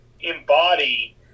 embody